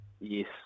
Yes